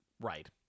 Right